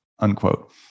unquote